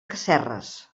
casserres